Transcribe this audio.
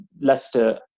Leicester